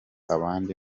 abandi